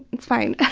it's fine.